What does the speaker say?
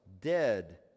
dead